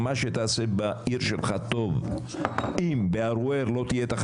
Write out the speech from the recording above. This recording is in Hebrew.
הפיתוח לא צריך להיות על חשבון אוכלוסייה אחת על